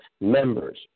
members